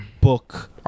book